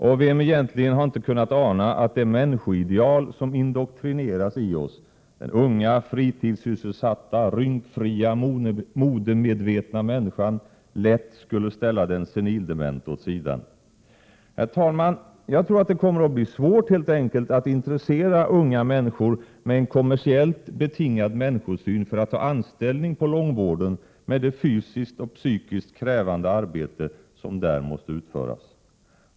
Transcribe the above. Och vem har inte kunnat ana att det människoideal som indoktrinerats i oss, den unga fritidssysselsatta, rynkfria, modemedvetna människan, lätt skulle ställa den senildementa åt sidan? Herr talman! Jag tror att det kommer att bli svårt att intressera unga människor med en kommersiellt betingad människosyn för att ta anställning på långvården med det fysiskt och psykiskt krävande arbete som där måste utföras.